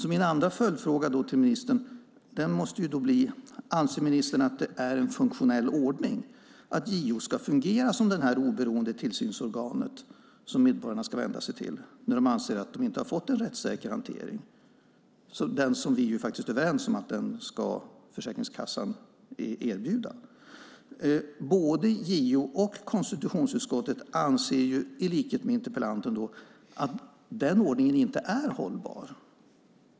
Min andra följdfråga till ministern måste då bli: Anser ministern att det är en funktionell ordning att JO ska fungera som det oberoende tillsynsorgan som medborgarna ska vända sig till när de anser att det inte har fått en rättssäker hantering? Vi är ju överens om att Försäkringskassan ska erbjuda en sådan. Både JO och konstitutionsutskottet anser i likhet med interpellanten att denna ordning inte är hållbar.